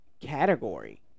category